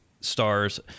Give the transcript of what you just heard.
stars